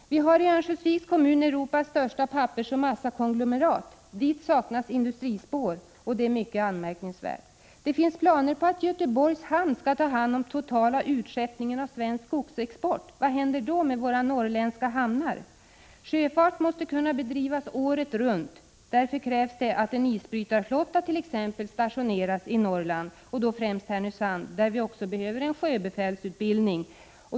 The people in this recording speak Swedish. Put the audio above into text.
Vi har i Örnsköldsviks kommun Europas största pappersoch massakon glomerat. Till detta saknas industrispår, vilket är mycket anmärkningsvärt. Det finns planer på att Göteborgs hamn skall ta hand om den totala utskeppningen av svenska skogliga exportvaror. Vad händer då med våra utländska hamnar? Sjöfart måste kunna bedrivas året runt, och därför krävs det att t.ex. en isbrytarflotta stationeras i Norrland, främst i Härnösand, där vi också behöver en sjöbefälsutbildning.